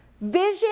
Vision